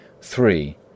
three